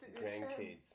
grandkids